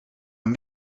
een